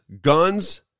guns